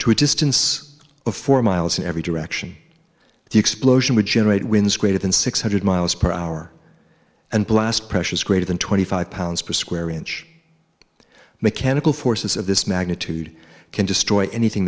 a distance of four miles in every direction the explosion would generate winds greater than six hundred miles per hour and blast pressure is greater than twenty five pounds per square inch mechanical forces of this magnitude can destroy anything